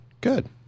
Good